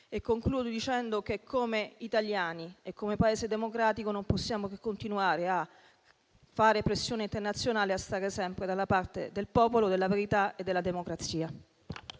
Concludo dicendo che, come italiani e come Paese democratico, non possiamo che continuare a fare pressione internazionale per stare sempre dalla parte del popolo, della verità e della democrazia.